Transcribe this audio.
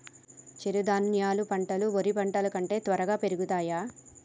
చిరుధాన్యాలు పంటలు వరి పంటలు కంటే త్వరగా పెరుగుతయా?